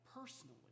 personally